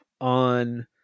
on